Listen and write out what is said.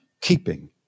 keeping